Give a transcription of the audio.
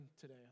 today